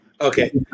Okay